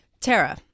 Tara